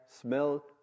smell